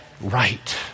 right